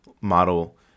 model